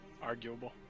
Arguable